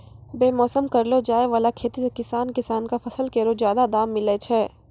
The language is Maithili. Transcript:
बेमौसम करलो जाय वाला खेती सें किसान किसान क फसल केरो जादा दाम मिलै छै